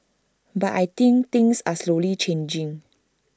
but I think things are slowly changing